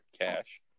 Cash